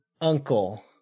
uncle